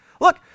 Look